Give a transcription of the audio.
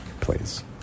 Please